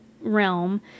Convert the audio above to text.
realm